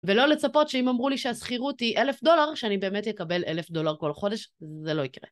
ולא לצפות שאם אמרו לי שהשכירות היא 1,000 דולר, שאני באמת אקבל 1,000 דולר כל חודש, זה לא יקרה.